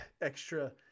extra